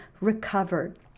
recovered